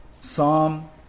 Psalm